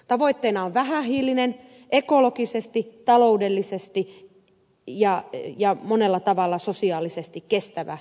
tavoitteena on vähähiilinen ekologisesti taloudellisesti ja monella tavalla sosiaalisesti kestävä yhteiskunta